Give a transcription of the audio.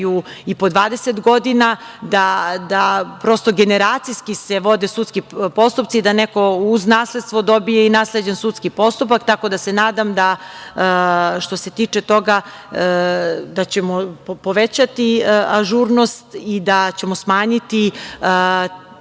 i po 20 godina, da prosto, generacijski se vode sudski postupci, da neko ko uz nasledstvo dobije i nasleđen sudski postupak. Tako da, se nadam, što se tiče toga da ćemo povećati ažurnost i da ćemo smanjiti taj